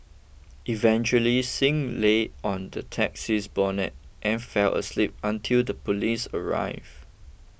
eventually Singh lay on the taxi's bonnet and fell asleep until the police arrived